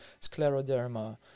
scleroderma